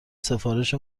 سفارش